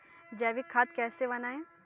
जैविक खाद कैसे बनाएँ?